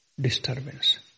disturbance